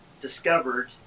discovered